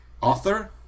author